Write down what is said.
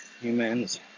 humans